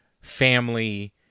family